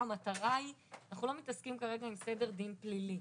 אנחנו לא מתעסקים כרגע עם סדר דין פלילי,